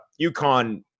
UConn